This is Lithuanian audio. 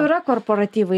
yra korporatyvai